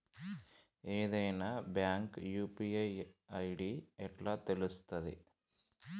ఏదైనా bank UPI ID ఎట్లా తెలుత్తది?